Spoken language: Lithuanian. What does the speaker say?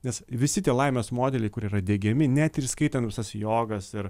nes visi tie laimės modeliai kurie yra diegiami net ir įskaitant visas jogas ir